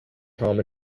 tom